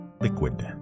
liquid